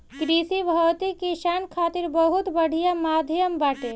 कृषि भौतिकी किसानन खातिर बहुत बढ़िया माध्यम बाटे